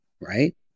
right